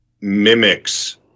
mimics